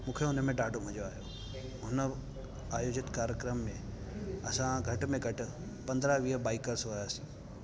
मूंखे उन में ॾाढो मज़ो आयो हुन आयोजित कार्यक्रम में असां घटि में घटि पंद्रहं वीह बाईकर्स हुआसीं